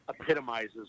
epitomizes